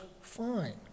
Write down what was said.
fine